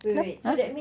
no !huh!